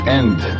end